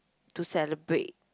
to celebrate